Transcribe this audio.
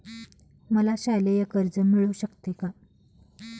मला शालेय कर्ज मिळू शकते का?